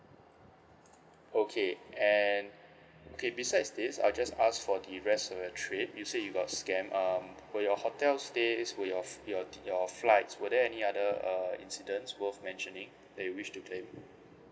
okay and okay besides this I'll just ask for the rest of your trip you said you got scammed um for your hotel stays were your your your flights were there any other uh incidents worth mentioning that you wish to claim